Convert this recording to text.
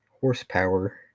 horsepower